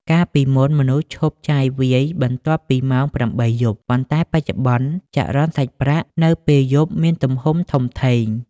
កាលពីមុន មនុស្សឈប់ចាយវាយបន្ទាប់ពីម៉ោង ៨ យប់ ប៉ុន្តែបច្ចុប្បន្ន ចរន្តសាច់ប្រាក់នៅពេលយប់មានទំហំធំធេង។